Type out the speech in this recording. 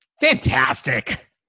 Fantastic